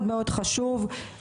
כי מאוד מאוד חשוב א.